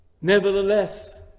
Nevertheless